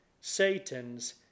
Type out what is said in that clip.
Satan's